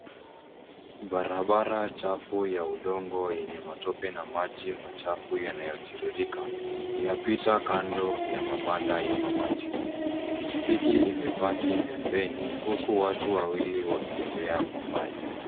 Barabara chafu ya udongo yenye matope na maji machafu yanayotiririka ,inapita kando ya mabanda ya mabati. Pikipiki imepaki pembeni, huku watu wawili wakitembea kwa mbali.